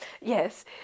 Yes